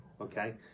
okay